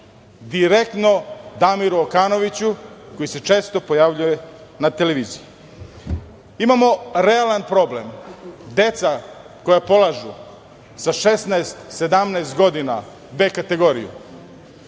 direktno Damiru Okanoviću, koji se često pojavljuje na televiziji. Imamo realan problem. Deca koja polažu sa 16, 17 godina "B" kategoriju,